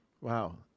Wow